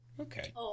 Okay